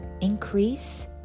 Increase